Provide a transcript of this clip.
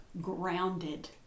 grounded